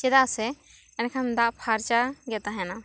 ᱪᱮᱫᱟᱜ ᱥᱮ ᱮᱱᱠᱷᱟᱱ ᱫᱟᱜ ᱯᱷᱟᱨᱪᱟ ᱜᱮ ᱛᱟᱦᱮᱱᱟ